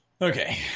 Okay